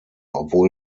obwohl